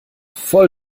voll